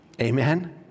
Amen